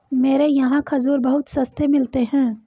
मेरे यहाँ खजूर बहुत सस्ते मिलते हैं